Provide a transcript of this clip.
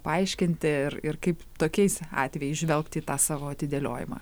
paaiškinti ir ir kaip tokiais atvejais žvelgt į tą savo atidėliojimą